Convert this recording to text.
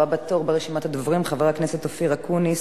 הבא בתור ברשימת הדוברים, חבר הכנסת אופיר אקוניס,